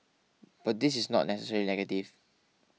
but this is not necessarily negative